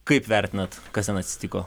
kaip vertinat kas ten atsitiko